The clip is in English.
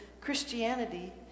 Christianity